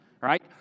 right